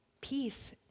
peace